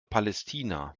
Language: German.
palästina